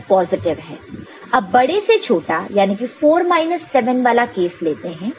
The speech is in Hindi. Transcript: अब बड़े से छोटा याने की 4 माइनस 7 वाला केस लेते हैं